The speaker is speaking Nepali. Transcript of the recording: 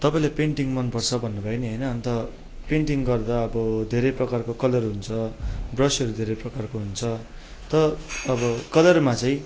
तपाईँले पेन्टिङ मनपर्छ भन्नुभयो होइन अन्त पेन्टिङ गर्दा अब धेरै प्रकारको कलर हुन्छ ब्रसहरू धेरै प्रकारको हुन्छ त अब कलरमा चाहिँ